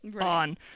on